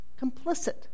complicit